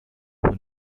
who